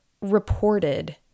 reported